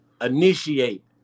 initiate